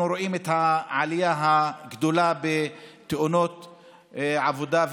רואים את העלייה הגדולה בתאונות עבודה,